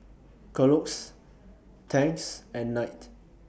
Kellogg's Tangs and Knight